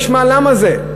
נשמע למה זה.